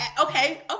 okay